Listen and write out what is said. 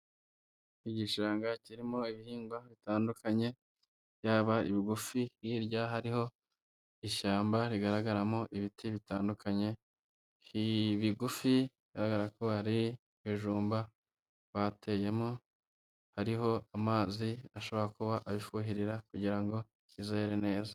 Igishanga kirimo ibihingwa bitandukanye byaba ibigufi, hirya hariho ishyamba rigaragaramo ibiti bitandukanye. Ibigufi bigaragarako ari ibijumba bateyemo, hariho amazi ashobora kuba abifuhirira kugira ngo bizere neza.